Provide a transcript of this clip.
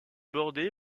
bordé